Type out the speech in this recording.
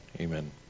amen